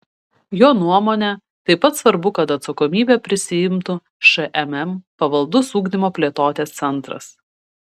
jo nuomone taip pat svarbu kad atsakomybę prisiimtų šmm pavaldus ugdymo plėtotės centras